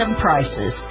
prices